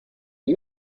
you